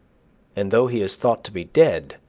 and though he is thought to be dead,